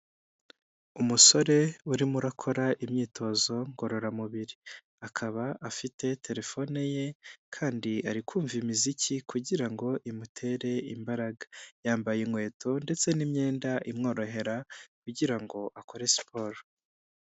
Umusore urimo urakora imyitozo ngororamubiri, akaba afite terefone ye kandi ari kumva imiziki kugira ngo imutere imbaraga. Yambaye inkweto ndetse n'imyenda imworohera kugira ngo akore siporo.